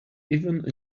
even